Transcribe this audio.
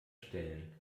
stellen